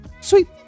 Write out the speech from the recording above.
Sweet